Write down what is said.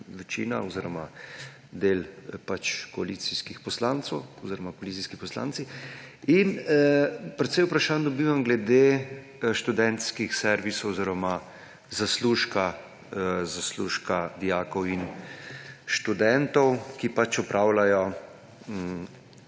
oziroma del koalicijskih poslancev oziroma koalicijski poslanci – dobivam precej vprašanj glede študentskih servisov oziroma zaslužka dijakov in študentov, ki opravljajo